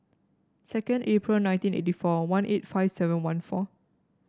second April nineteen eighty four one eight five seven one four